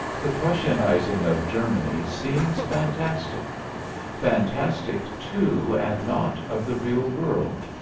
the prussianizing of germany seems fantastic fantastic, too, and not of the real world,